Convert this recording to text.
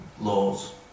laws